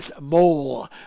mole